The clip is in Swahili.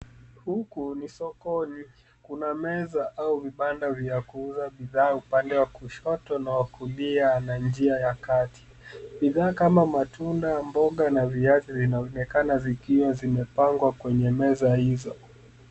Huku ni sokoni. Kuna meza au vibanda vya kuuza bidhaa upande wa kushoto na wa kulia, pana njia ya kati. Bidhaa kama matunda, mboga na viazi vinaonekana zikiwa zimepangwa kwenye meza hizo.